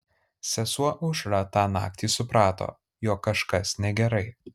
sesuo aušra tą naktį suprato jog kažkas negerai